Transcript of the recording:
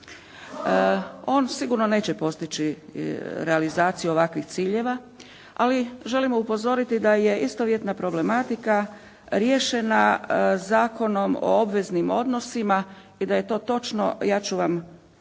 On sigurno neće postići realizaciju ovakvih ciljeva, ali želimo upozoriti da je istovjetna problematika riješena Zakonom o obveznim odnosima i da je to točno ja ću vam